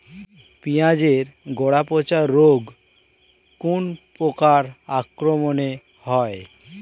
পিঁয়াজ এর গড়া পচা রোগ কোন পোকার আক্রমনে হয়?